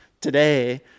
Today